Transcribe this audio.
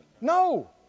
no